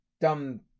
dumb